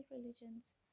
religions